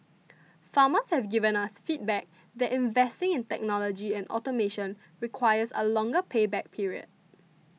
farmers have given us feedback that investing in technology and automation requires a longer pay back period